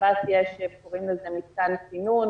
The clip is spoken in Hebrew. לשב"ס יש מתקן סינון